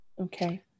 Okay